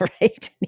right